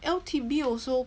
L_T_B also